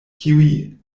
kiuj